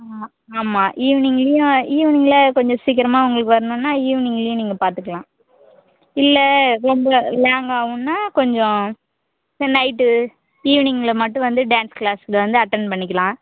ஆ ஆமாம் ஈவினிங்லேயும் ஈவினிங்கில் கொஞ்சம் சீக்கிரமாக உங்களுக்கு வரணும்னா ஈவினிங்லேயும் நீங்கள் பார்த்துக்கலாம் இல்லை ரொம்ப லாங்காகுன்னா கொஞ்சம் நைட்டு ஈவினிங்கில் மட்டும் வந்து டான்ஸ் கிளாஸில் வந்து அட்டன் பண்ணிக்கலாம்